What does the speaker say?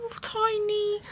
tiny